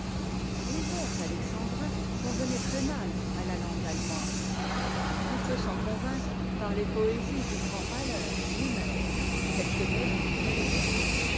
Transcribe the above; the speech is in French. les vers alexandrins convenaient très-mal à la langue allemande on peut s'en convaincre par les poésies du grand haller lui-même quelque mérite qu'elles aient